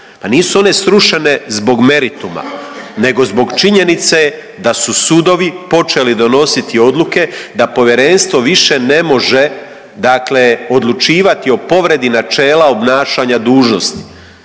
pa nisu one srušene zbog merituma nego zbog činjenice da su sudovi počeli donositi odluke da povjerenstvo više ne može odlučivati o povredi načela obnašanja dužnosti.